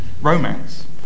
Romance